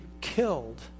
killed